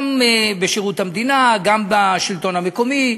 גם בשירות המדינה, גם בשלטון המקומי,